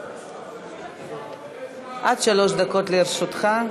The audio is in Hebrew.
עד שלוש דקות לרשותך.